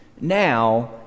now